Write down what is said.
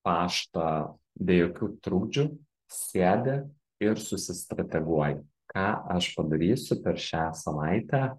paštą be jokių trukdžių sėdi ir susistrateguoji ką aš padarysiu per šią savaitę